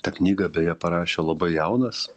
tą knygą beje parašė labai jaunas